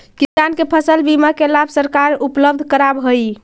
किसान के फसल बीमा के लाभ सरकार उपलब्ध करावऽ हइ